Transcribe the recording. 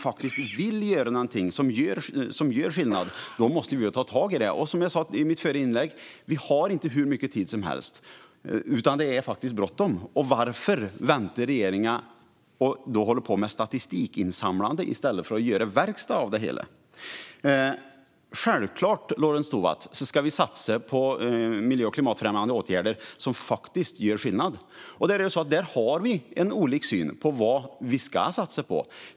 Om vi vill göra något som faktiskt gör skillnad måste vi ta tag i det. Och som jag sa i mitt förra inlägg: Vi har inte hur mycket tid som helst. Det är bråttom. Varför väntar då regeringen och håller på med statistikinsamlande i stället för att göra verkstad av det hela? Självklart, Lorentz Tovatt, ska vi satsa på miljö och klimatfrämjande åtgärder som gör skillnad. Där har vi olika syn på vad vi ska satsa på.